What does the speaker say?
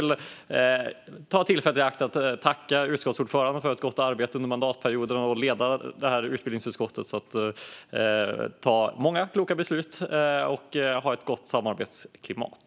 Jag vill därför ta tillfället i akt att tacka utskottsordföranden för ett gott arbete under mandatperioden och för att hon har lett utbildningsutskottet till att ta många kloka beslut och ha ett gott samarbetsklimat.